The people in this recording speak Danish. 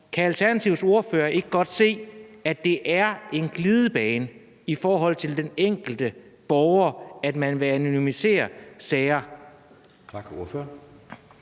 Kan Alternativets ordfører ikke godt se, at det er en glidebane i forhold til den enkelte borger, at man vil anonymisere sager?